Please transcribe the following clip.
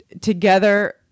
together